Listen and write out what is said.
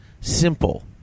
Simple